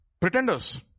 Pretenders